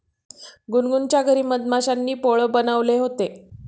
गुनगुनच्या घरी मधमाश्यांनी पोळं बनवले होते